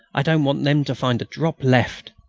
i don't want them to find a drop left.